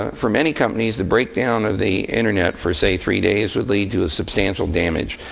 for many companies, the breakdown of the internet for, say, three days would lead to a substantial damage.